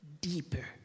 deeper